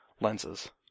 lenses